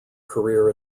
career